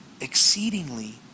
Exceedingly